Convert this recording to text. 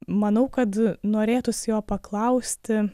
manau kad norėtųsi jo paklausti